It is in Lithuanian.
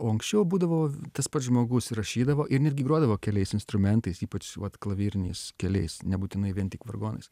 o anksčiau būdavo tas pats žmogus įrašydavo ir netgi grodavo keliais instrumentais ypač vat klavirnis keliais nebūtinai vien tik vargonais